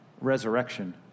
resurrection